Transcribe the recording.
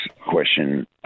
question